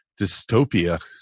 dystopia